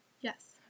Yes